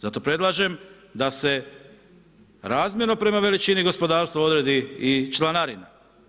Zato predlažem da se razmjerno prema veličini gospodarstva odredi i članarina.